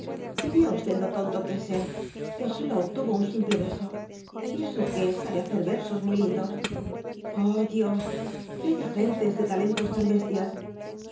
y vea lo tonto que es él que solo obtuvo un siinple beso y eso que sabe hacer versos muy lindos i o dios í que haya gentes de talentos tan bestia